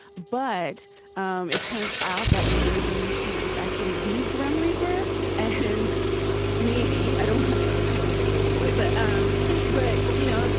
but um it turns out that maybe she is actually the grim reaper and maybe i don't i guess i gave it away. but um but, you know,